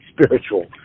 spiritual